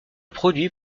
produit